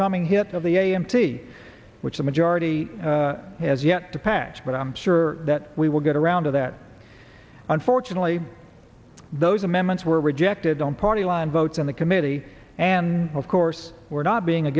coming hit of the a m t which the majority has yet to pass but i'm sure that we will get around to that unfortunately those amendments were rejected on party line votes in the committee and of course we're not being a